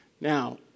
Now